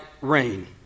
rain